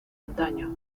antaño